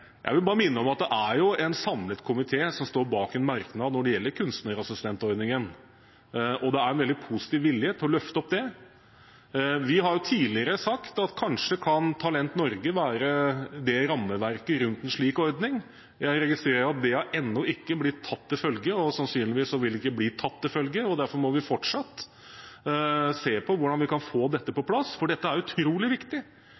Jeg vil bare minne om at det er en samlet komité som står bak en merknad når det gjelder kunstnerassistentordningen, og det er en veldig positiv vilje til å løfte opp det. Vi har tidligere sagt at kanskje Talent Norge kan være rammeverket rundt en slik ordning. Jeg registrerer at det ennå ikke har blitt tatt til følge, sannsynligvis vil det ikke bli tatt til følge, og derfor må vi fortsatt se på hvordan vi kan få dette på plass. Den erfaringsoverføringen som er fra etablerte til nye kunstnere, er utrolig viktig,